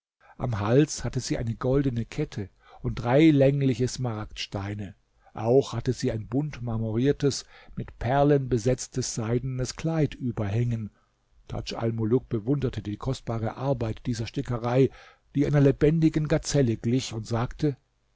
am hals hatte sie eine goldene kette und drei längliche smaragdsteine auch hatte sie ein buntmarmoriertes mit perlen besetztes seidenes kleid überhängen tadj almuluk bewunderte die kostbare arbeit dieser stickerei die einer lebendigen gazelle glich und sagte